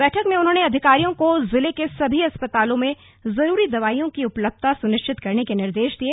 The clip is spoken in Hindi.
बैठक में उन्होंने अधिकारियों को जिले के सभी अस्पतालों में ज़रूरी दवाईयों की उपलब्धता सुनिश्चित करने के निर्देश दिए